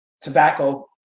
tobacco